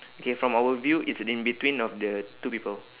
okay from our view it's in between of the two people